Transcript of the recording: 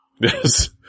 Yes